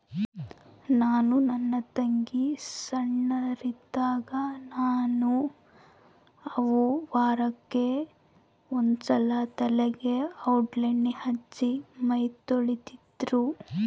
ನಾನು ನನ್ನ ತಂಗಿ ಸೊಣ್ಣೋರಿದ್ದಾಗ ನನ್ನ ಅವ್ವ ವಾರಕ್ಕೆ ಒಂದ್ಸಲ ತಲೆಗೆ ಔಡ್ಲಣ್ಣೆ ಹಚ್ಚಿ ಮೈತೊಳಿತಿದ್ರು